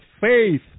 faith